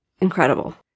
Incredible